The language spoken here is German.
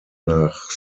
nach